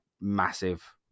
massive